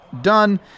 done